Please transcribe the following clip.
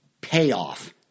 payoff